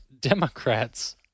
Democrats